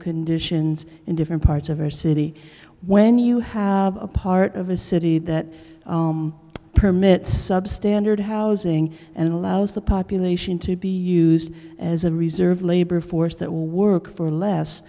conditions in different parts of our city when you have a part of a city that permits substandard housing and allows the population to be used as a reserve labor force that will work for less